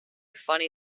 funny